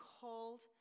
called